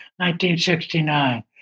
1969